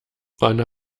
wann